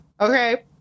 Okay